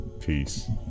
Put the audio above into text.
peace